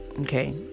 Okay